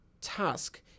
task